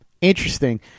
Interesting